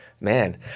Man